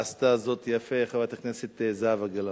עשתה זאת יפה חברת הכנסת זהבה גלאון,